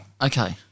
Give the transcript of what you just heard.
Okay